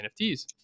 NFTs